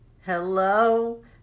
hello